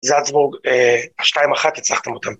זאצבורג, השתיים אחת הצלחתם אותם.